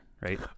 right